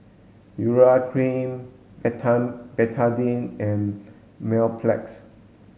urea cream Betadine and Mepilex